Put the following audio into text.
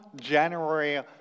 January